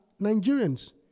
Nigerians